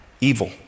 evil